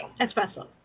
Espresso